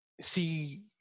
see